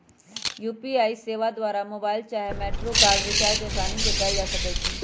UPI सेवा द्वारा mobile चाहे मेट्रो कार्ड रिचार्ज असानी से कएल जा सकइ छइ